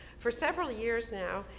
for several years now,